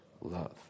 love